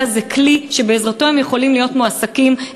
זה כלי שבעזרתו הם יכולים להיות מועסקים,